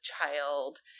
child